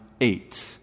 eight